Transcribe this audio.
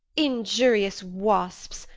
injurious wasps,